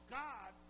god